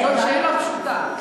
זאת שאלה פשוטה.